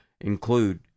include